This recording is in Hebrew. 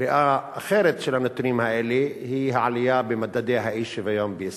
קריאה אחרת של הנתונים האלה היא העלייה במדדי האי-שוויון בישראל.